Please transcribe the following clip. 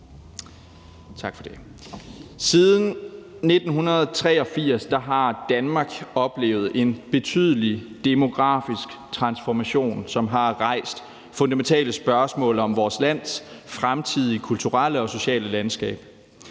Siden 1983 har Danmark oplevet en betydelig demografisk transformation, som har rejst fundamentale spørgsmål om vores lands fremtidige kulturelle og sociale landskab.